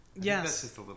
Yes